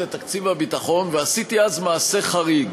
לתקציב הביטחון ועשיתי אז מעשה חריג: